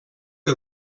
que